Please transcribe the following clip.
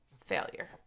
failure